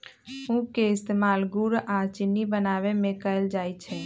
उख के इस्तेमाल गुड़ आ चिन्नी बनावे में कएल जाई छई